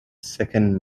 second